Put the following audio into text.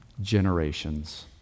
generations